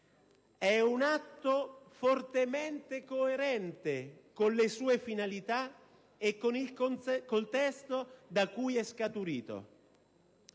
È un atto fortemente coerente con le sue finalità e con il contesto da cui è scaturito.